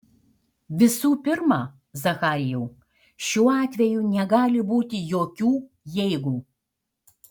visų pirma zacharijau šiuo atveju negali būti jokių jeigu